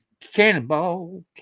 Cannonball